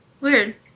Weird